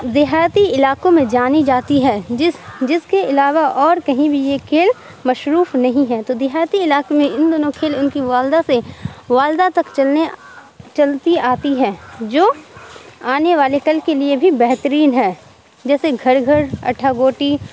دیہاتی علاقوں میں جانی جاتی ہے جس جس کے علاوہ اور کہیں بھی یہ کھیل مشروف نہیں ہے تو دیہاتی علاقے میں ان دونوں کھیل ان کی والدہ سے والدہ تک چلنے چلتی آتی ہے جو آنے والے کل کے لیے بھی بہترین ہے جیسے گھر گھر اٹھا گوٹی